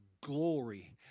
glory